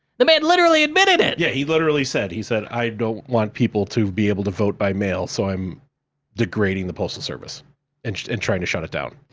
the man literally admitted it. yeah, he literally said, he said, i don't want people to be able to vote by mail, so i'm degrading the postal service and and trying to shut it down.